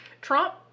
Trump